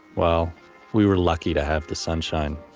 well we were lucky to have the sunshine.